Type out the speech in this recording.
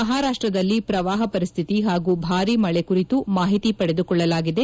ಮಹಾರಾಷ್ಷದಲ್ಲಿ ಪ್ರವಾಪ ಪರಿಸ್ತಿತ ಹಾಗೂ ಭಾರೀ ಮಳೆ ಕುರಿತು ಮಾಹಿತಿ ಪಡೆದುಕೊಳ್ಳಲಾಗಿದೆ